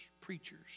preachers